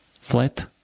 Flat